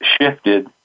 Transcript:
shifted